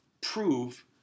prove